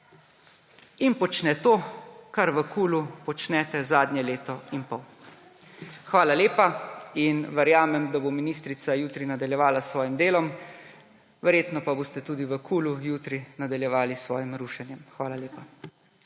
in počne to, kar v KUL počnete zadnje leto in pol. Hvala lepa in verjamem, da bo ministrica jutri nadaljevala s svojim delom. Verjetno pa boste tudi v KUL jutri nadaljevali s svojim rušenjem. Hvala lepa.